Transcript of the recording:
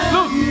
Look